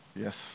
Yes